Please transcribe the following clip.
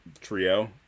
trio